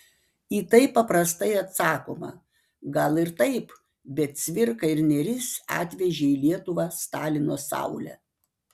į tai paprastai atsakoma gal ir taip bet cvirka ir nėris atvežė į lietuvą stalino saulę